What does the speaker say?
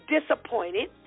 disappointed